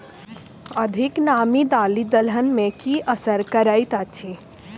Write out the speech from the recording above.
अधिक नामी दालि दलहन मे की असर करैत अछि?